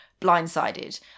blindsided